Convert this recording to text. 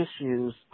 issues